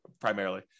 primarily